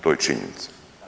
To je činjenica.